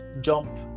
jump